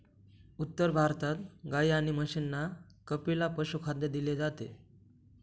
उत्तर भारतात गाई आणि म्हशींना कपिला पशुखाद्य दिले जाते